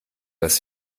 dass